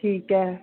ਠੀਕ ਹੈ